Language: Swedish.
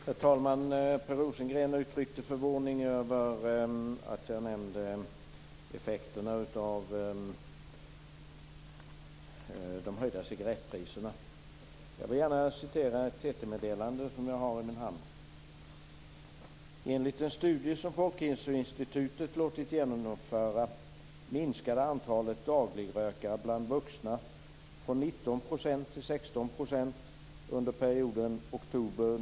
Herr talman! Per Rosengren uttryckte förvåning över att jag nämnde effekterna av de höjda cigarettpriserna. Jag vill gärna referera ett TT-meddelande som jag har i min hand.